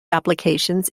applications